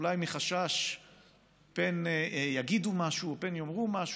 אולי מחשש פן יגידו משהו,